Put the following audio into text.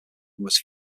was